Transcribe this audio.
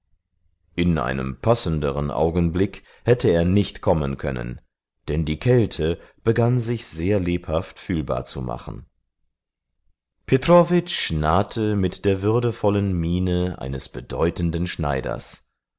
in einem passenderen augenblick hätte er nicht kommen können denn die kälte begann sich sehr lebhaft fühlbar zu machen petrowitsch nahte mit der würdevollen miene eines bedeutenden schneiders